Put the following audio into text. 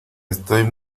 estoy